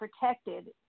protected